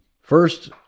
First